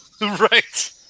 Right